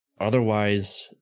Otherwise